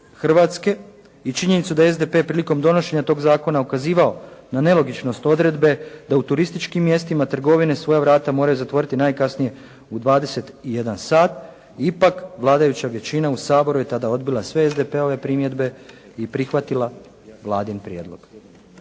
Hrvatske i činjenicu da je SDP prilikom donošenja tog zakona ukazivao na nelogičnost odredbe da u turističkim mjestima trgovine svoja vrata moraju zatvoriti najkasnije u 21,00 sat, ipak vladajuća većina u Saboru je tada odbila sve SDP-ove primjedbe i prihvatila vladin prijedlog.